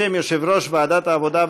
בשם יושב-ראש ועדת העבודה,